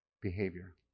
behavior